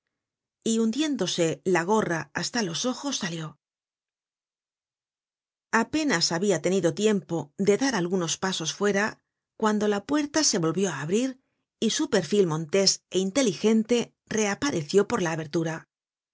y hundiéndose la gorra hasta los ojos salió apenas habia tenido tiempo de dar algunos pasos fuera cuando la puerta se volvió á abrir y su perfil montés é inteligente reapareció por la abertura me